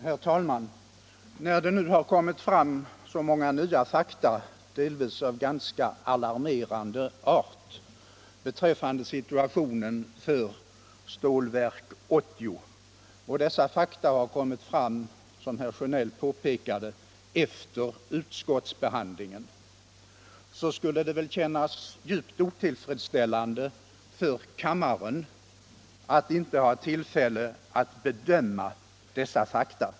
Herr talman! När nu så många nya fakta har kommit fram — delvis av ganska alarmerande art — beträffande situationen för Stålverk 80 och dessa fakta har kommit fram, som herr Sjönell påpekade, efter utskottsbehandlingen skulle det väl kännas djupt otillfredsställande för kammaren att inte ha tillfälle att bedöma dessa fakta.